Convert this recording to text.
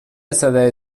صدای